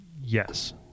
Yes